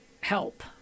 help